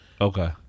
okay